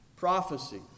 Prophecy